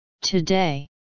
today